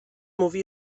mówi